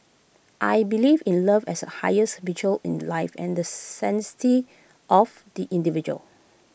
I believe in love as the highest virtue in life and the sanctity of the individual